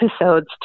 episodes